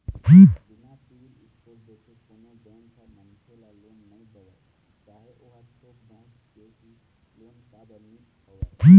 बिना CIBIL score देखे कोनो बेंक ह मनखे ल लोन नइ देवय चाहे ओहा थोक बहुत के ही लोन काबर नीं होवय